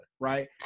right